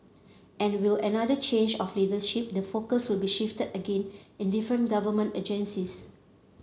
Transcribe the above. and will another change of leadership the focus will be shifted again in different government agencies